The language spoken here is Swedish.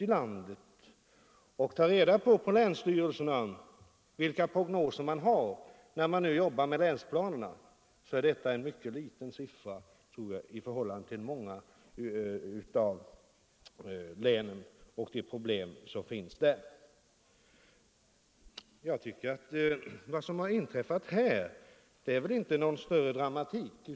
Om man går ut till de olika länsstyrelserna och hör efter vilka problem de har när de jobbar med länsplanerna, så skall man finna att 40 000 är en liten siffra. Jag tycker inte att det som inträffat i denna region innebär någon större dramatik.